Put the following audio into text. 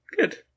Good